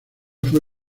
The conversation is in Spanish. fue